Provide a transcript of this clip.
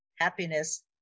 Happiness